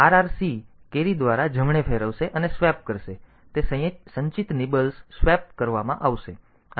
RR જમણે ફેરવશે RRC carry દ્વારા જમણે ફેરવશે અને સ્વેપ કરશે તે સંચિત નિબ્બલ્સ સ્વેપ કરવામાં આવશે